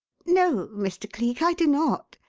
no, mr. cleek, i do not.